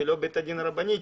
ולא בית הדין הרבני,